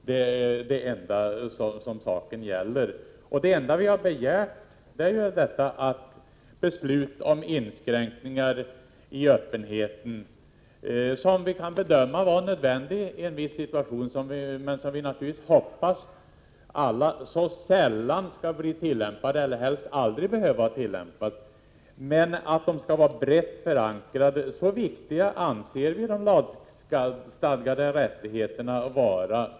Det enda vi har begärt är ju att när det gäller beslut om inskränkningar i öppenheten som kan bedömas vara nödvändiga i en viss situation — även om vi naturligtvis alla hoppas att de sällan skall tillämpas, eller helst aldrig behöva tillämpas — så skall sådana beslut vara brett förankrade. Så viktiga anser vi de lagstadgade rättigheterna vara.